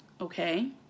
okay